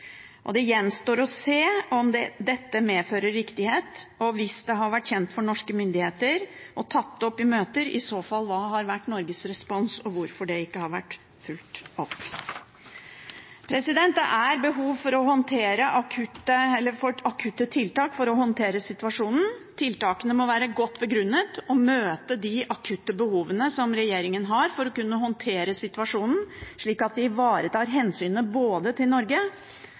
Det gjenstår å se om dette medfører riktighet. Hvis det har vært kjent for norske myndigheter og tatt opp i møter, hva har i så fall vært Norges respons, og hvorfor har det ikke vært fulgt opp? Det er behov for akutte tiltak for å håndtere situasjonen, og tiltakene må være godt begrunnet og møte de akutte behovene regjeringen har for å kunne håndtere situasjonen slik at de ivaretar hensynet både til Norge